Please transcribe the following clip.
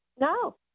No